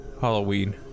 Halloween